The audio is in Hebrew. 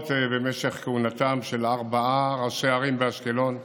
במשך כהונתם של ארבעה ראשי ערים באשקלון,